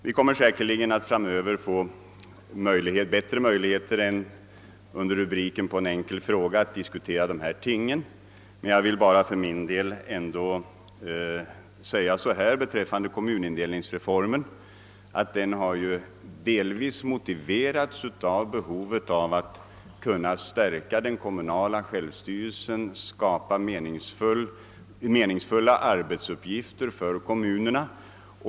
Vi kommer säkerligen att framöver få bättre möjligheter än under rubriken enkel fråga att diskutera dessa ting, men jag vill ändå påpeka att kommunindelningsreformen delvis har motiverats av behovet av att kunna stärka den kommunala självstyrelsen och skapa meningsfulla arbetsuppgifter för kommunerna.